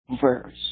verse